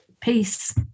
peace